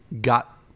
got